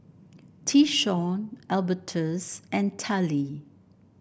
Tyshawn Albertus and Tallie